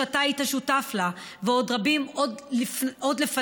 שאתה היית שותף לה ורבים עוד לפניי,